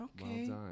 okay